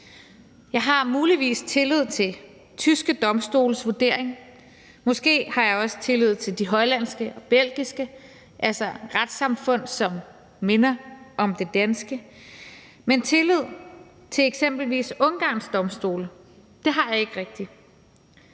Jeg har muligvis tillid til de tyske domstoles vurdering, og måske har jeg også tillid til de hollandske og de belgiske, altså retssamfund, som minder om det danske, men tillid til eksempelvis Ungarns domstole har jeg ikke rigtig.